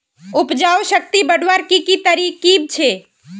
उपजाऊ शक्ति बढ़वार की की तरकीब छे?